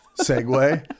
segue